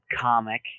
comic